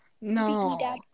No